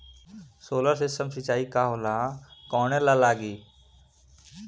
Solar system सिचाई का होला कवने ला लागी?